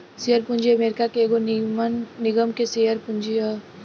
share पूंजी America के एगो निगम के शेयर पूंजी ह